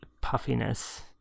puffiness